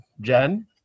Jen